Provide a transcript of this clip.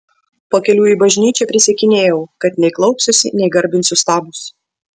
pakeliui į bažnyčią prisiekinėjau kad nei klaupsiuosi nei garbinsiu stabus